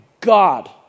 God